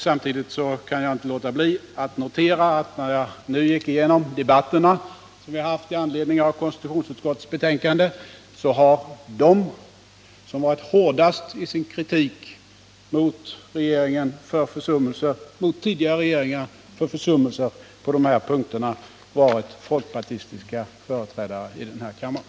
Samtidigt kan jag inte underlåta att notera att jag i samband med min genomgång av de debatter som förts med anledning av konstitutionsutskottets betänkanden har funnit, att de som varit hårdast i sin kritik mot tidigare regeringar för försummelser på dessa punkter har varit folkpartistiska ledamöter här i kammaren.